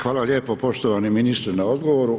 Hvala lijepo poštovani ministre na odgovoru.